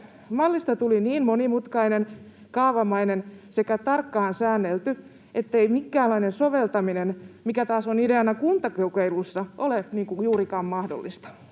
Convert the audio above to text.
Mallista tuli niin monimutkainen, kaavamainen sekä tarkkaan säännelty, ettei minkäänlainen soveltaminen, mikä taas on ideana kuntakokeiluissa, ole juurikaan mahdollista.